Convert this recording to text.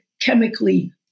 chemically